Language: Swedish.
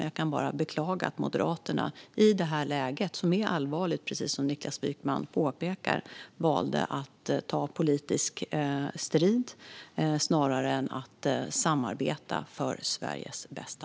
Jag kan bara beklaga att Moderaterna i det här läget, som är allvarligt, precis som Niklas Wykman påpekar, valde att ta politisk strid snarare än att samarbeta för Sveriges bästa.